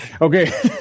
Okay